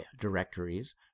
directories